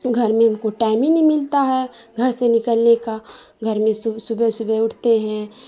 گھر میں ہم کو ٹائم ہی نہیں ملتا ہے گھر سے نکلنے کا گھر میں صبح صبح صبح اٹھتے ہیں